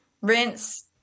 rinse